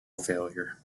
failure